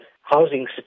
housing